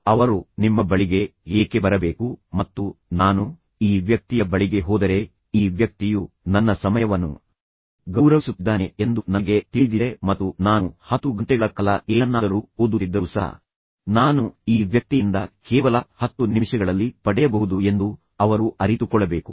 ಅವರು ನಿಮ್ಮ ಬಳಿಗೆ ಏಕೆ ಬರಬೇಕು ಮತ್ತು ನಾನು ಈ ವ್ಯಕ್ತಿಯ ಬಳಿಗೆ ಹೋದರೆ ಈ ವ್ಯಕ್ತಿಯು ನನ್ನ ಸಮಯವನ್ನು ಗೌರವಿಸುತ್ತಿದ್ದಾನೆ ಎಂದು ನನಗೆ ತಿಳಿದಿದೆ ಮತ್ತು ನಾನು 10 ಗಂಟೆಗಳ ಕಾಲ ಏನನ್ನಾದರೂ ಓದುತ್ತಿದ್ದರೂ ಸಹ ನಾನು ಈ ವ್ಯಕ್ತಿಯಿಂದ ಕೇವಲ 10 ನಿಮಿಷಗಳಲ್ಲಿ ಪಡೆಯಬಹುದು ಎಂದು ಅವರು ಅರಿತುಕೊಳ್ಳಬೇಕು